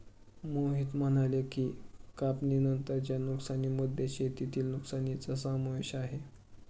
मोहित म्हणाले की, कापणीनंतरच्या नुकसानीमध्ये शेतातील नुकसानीचा समावेश आहे